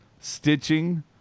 stitching